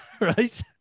right